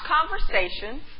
conversations